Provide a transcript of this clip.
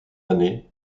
années